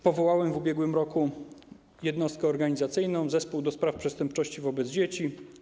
Powołałem w ubiegłym roku jednostkę organizacyjną - Zespół ds. Przestępczości Wobec Dzieci.